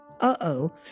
Uh-oh